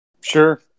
Sure